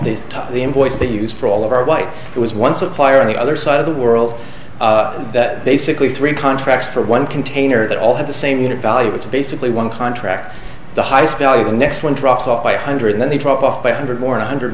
the top of the invoice they use for all of our wife who was one supplier on the other side of the world that basically three contracts for one container that all have the same unit value it's basically one contract the highest value the next one drops off by a hundred then they drop off by a hundred more one hundred